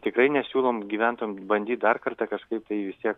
tikrai nesiūlom gyventojam bandyt dar kartą kažkaip tai vis tiek